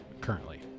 currently